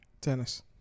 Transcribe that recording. Tennis